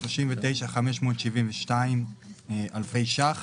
39.572 אלפי שקלים,